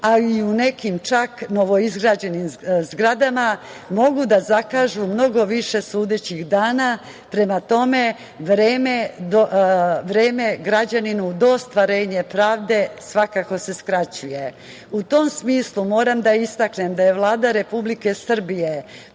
a i u nekim čak novoizgrađenim zgradama mogu da zakažu mnogo više sudećih dana. Prema tome, vreme građaninu do ostvarenje pravde svakako se skraćuje. Moram da istaknem da je Vlada Republike Srbije